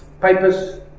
Papers